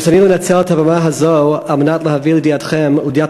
ברצוני לנצל את הבמה הזאת על מנת להביא לידיעתכם ולידיעת